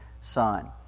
son